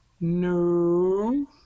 no